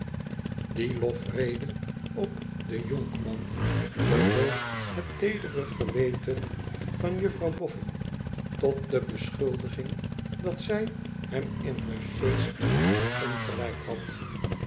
die lofrede op den jonkman bewoog het teedere geweten van juffrouw bofibn tot de beschuldiging dat zij hem in haar geest verongelijkt had